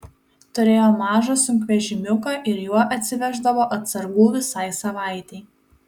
turėjo mažą sunkvežimiuką ir juo atsiveždavo atsargų visai savaitei